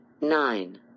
nine